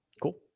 Cool